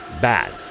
Bad